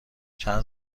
چند